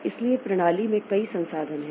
इसलिए प्रणाली में कई संसाधन हैं